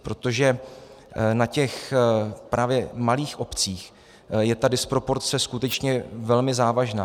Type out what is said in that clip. Protože na těch právě malých obcích je ta disproporce skutečně velmi závažná.